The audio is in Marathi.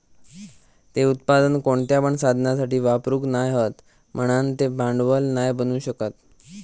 ते उत्पादन कोणत्या पण साधनासाठी वापरूक नाय हत म्हणान ते भांडवल नाय बनू शकत